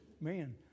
Man